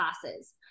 classes